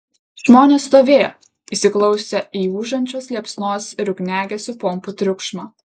žmonės stovėjo įsiklausę į ūžiančios liepsnos ir ugniagesių pompų triukšmą